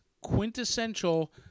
quintessential